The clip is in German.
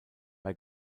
bei